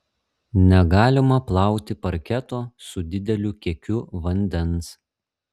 negalima plauti parketo su dideliu kiekiu vandens